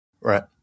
Right